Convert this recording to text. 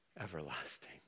everlasting